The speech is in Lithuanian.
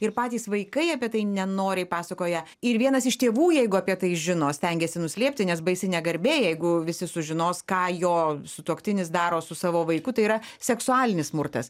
ir patys vaikai apie tai nenoriai pasakoja ir vienas iš tėvų jeigu apie tai žino stengiasi nuslėpti nes baisi negarbė jeigu visi sužinos ką jo sutuoktinis daro su savo vaiku tai yra seksualinis smurtas